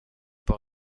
pour